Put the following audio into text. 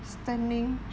standing